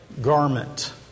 garment